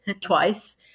Twice